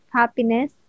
happiness